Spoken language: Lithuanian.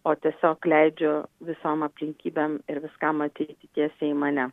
o tiesiog leidžiu visom aplinkybėm ir viskam ateiti tiesiai į mane